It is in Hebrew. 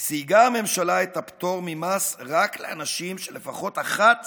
סייגה הממשלה את הפטור ממס רק לאנשים שלפחות אחת